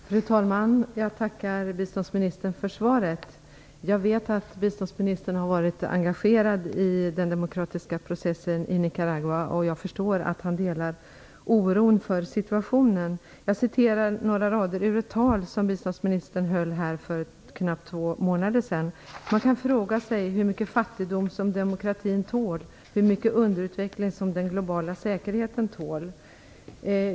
Fru talman! Jag tackar biståndsministern för svaret. Jag vet att biståndsministern har varit engagerad i den demokratiska processen i Nicaragua, och jag förstår att han delar oron för situationen. Jag återger några rader ur ett tal som biståndsministern höll för knappt två månader sedan: Man kan fråga sig hur mycket fattigdom som demokratin tål, hur mycket underutveckling som den globala säkerheten tål.